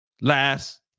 last